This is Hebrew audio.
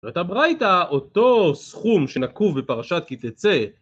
אומרת הברייתא, אותו סכום שנקוב בפרשת כי תצא